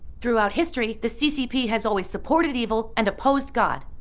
throughout history, the ccp has always supported evil and opposed god.